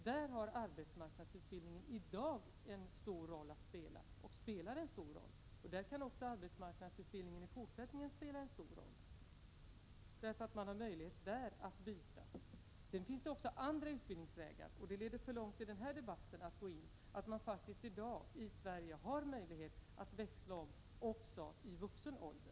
Där spelar arbetsmarknadsutbildningen redan nu en stor roll och kan också i fortsättningen betyda mycket därför att man via den får möjlighet att byta inriktning. Det finns också andra utbildningsvägar, men det skulle leda för långt att gå in på dessa i den här debatten. Man har i Sverige av i dag möjlighet att växla om också i vuxen ålder.